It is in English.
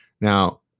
Now